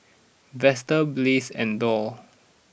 Vester Blaise and Doll